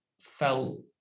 felt